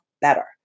better